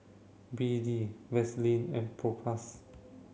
B D Vaselin and Propass